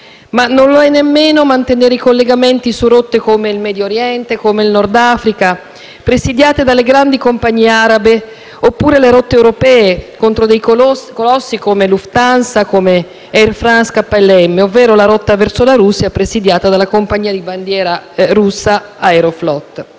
ma non lo è nemmeno mantenere i collegamenti su rotte come quelle per il Medio Oriente o il Nord Africa, presidiate dalle grandi compagnie arabe, oppure sulle rotte europee, contro dei colossi come Lufthansa e Air France-KLM, ovvero sulla rotta verso la Russia, presidiata dalla compagnia di bandiera russa Aeroflot.